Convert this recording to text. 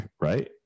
right